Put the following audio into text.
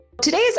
Today's